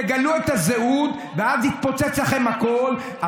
תגלו את הזהות ואז יתפוצץ לכם הכול.